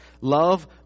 Love